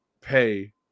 pay